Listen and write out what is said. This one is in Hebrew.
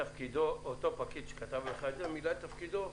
אותו פקיד שכתב לך, מילא את תפקידו.